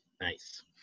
Nice